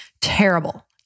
Terrible